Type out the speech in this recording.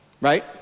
right